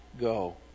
go